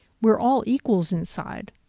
we're all equals inside,